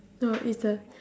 no it's the